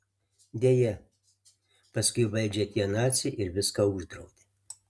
deja paskui į valdžią atėjo naciai ir viską uždraudė